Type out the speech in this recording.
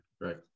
Right